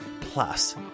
Plus